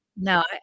No